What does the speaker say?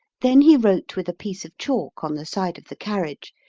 then he wrote with a piece of chalk on the side of the carriage,